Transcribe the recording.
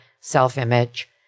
self-image